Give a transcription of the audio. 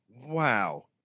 Wow